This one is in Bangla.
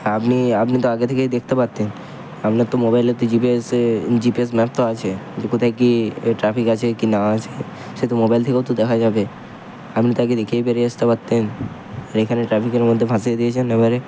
আপনি আপনি তো আগে থেকেই দেখতে পারতেন আপনার তো মোবাইলে তো জিপিএস এ জিপিএস ম্যাপ তো আছে যে কোথায় কী ট্রাফিক আছে কি না আছে সে তো মোবাইল থেকেও তো দেখা যাবে আপনি তো আগে দেখেই বেরিয়ে আসতে পারতেন আর এখানে ট্রাফিকের মধ্যে ফাঁসিয়ে দিয়েছেন এবারে